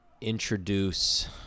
introduce